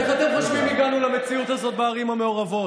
איך אתם חושבים שהגענו למציאות הזאת בערים המעורבות?